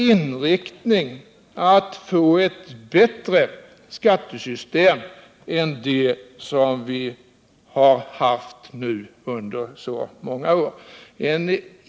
Inriktningen har varit att få till stånd ett bättre skattesystem än det vi haft tidigare under många år.